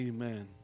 Amen